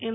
એમ